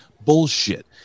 Bullshit